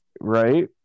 right